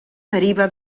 deriva